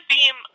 Beam